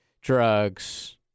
drugs